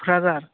थुक्राझार